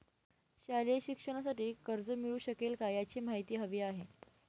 शालेय शिक्षणासाठी कर्ज मिळू शकेल काय? याची माहिती हवी आहे